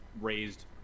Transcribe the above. raised